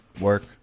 Work